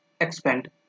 expand